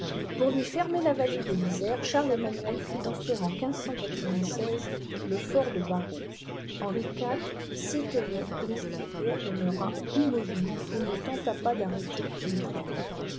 pour lui fermer la vallée de l'isère charles emmanuel fit construire en le fort de barreaux henri iv s'étonnait que lesdiguières demeurât immobile et ne tentât pas d'arrêter les travaux